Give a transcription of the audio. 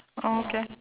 oh okay